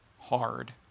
hard